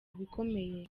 bikomeye